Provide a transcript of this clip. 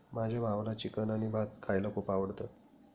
माझ्या भावाला चिकन आणि भात खायला खूप आवडतं